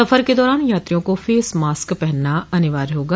सफर के दौरान यात्रियों को फेस मास्क पहनना अनिवार्य होगा